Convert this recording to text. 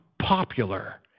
popular